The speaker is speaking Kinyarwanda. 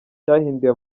cyahinduye